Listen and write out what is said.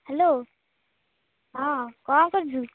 hello ହଁ କ'ଣ କରୁଛୁ